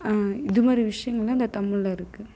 இது மாதிரி விஷயங்கள்லாம் இந்த தமிழ்ல இருக்குது